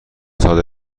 صادر